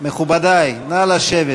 מכובדי, נא לשבת.